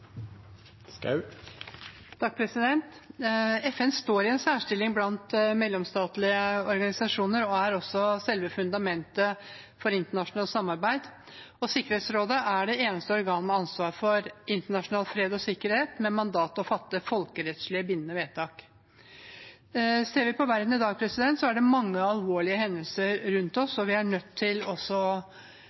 også selve fundamentet for internasjonalt samarbeid, og Sikkerhetsrådet er det eneste organet med ansvar for internasjonal fred og sikkerhet med mandat til å fatte folkerettslig bindende vedtak. Ser vi på verden i dag, er det mange alvorlige hendelser rundt oss der vi er nødt til